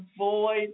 avoid